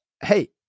hey